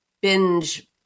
binge